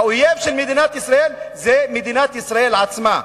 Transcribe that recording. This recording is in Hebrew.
האויב של מדינת ישראל זה מדינת ישראל עצמה.